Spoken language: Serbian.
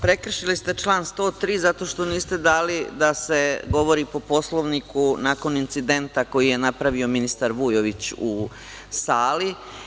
Prekršili ste član 103, zato što niste dali da se govori po Poslovniku nakon incidenta koji je napravio ministar Vujović u sali.